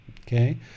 okay